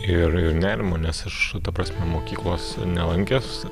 ir ir nerimo nes aš ta prasme mokyklos nelankęs